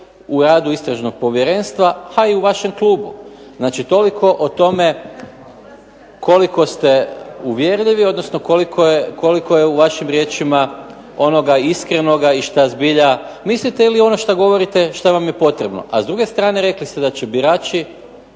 u radu Istražnog povjerenstva, a i u vašem klubu. Znači toliko o tome koliko ste uvjerljivi, odnosno koliko je u vašim riječima onoga iskrenoga, i šta zbilja mislite ili ono šta govorite šta vam je potrebno. A s druge strane rekli ste da će birači